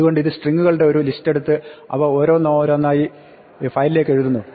അതുകൊണ്ട് ഇത് സ്ട്രിങ്ങുകളുടെ ഒരു ലിസ്റ്റെടുത്ത് അവ ഓരോന്നായി ഫയലിലേക്ക് എഴുതുന്നു